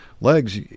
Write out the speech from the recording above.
legs